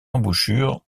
embouchure